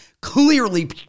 clearly